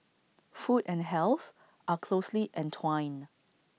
food and health are closely entwined